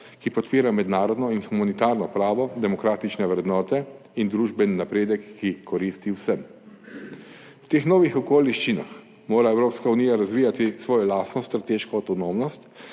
ki podpira mednarodno in humanitarno pravo, demokratične vrednote in družbeni napredek, ki koristi vsem. V teh novih okoliščinah mora Evropska unija razvijati svojo lastno strateško avtonomnost,